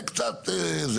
זה קצת...